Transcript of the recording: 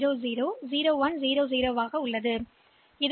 எனவே இந்த சுழற்சிக்குப் பிறகு இதன் விளைவாக 0 0 0 0 0 1 0 0 ஆக இருக்கும்